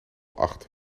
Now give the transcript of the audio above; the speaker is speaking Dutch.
acht